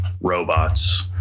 robots